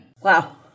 Wow